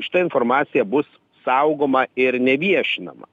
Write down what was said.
šita informacija bus saugoma ir neviešinama